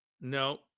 No